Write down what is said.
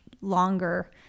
longer